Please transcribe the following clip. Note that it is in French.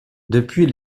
depuis